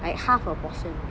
like half a portion